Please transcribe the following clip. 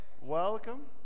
Welcome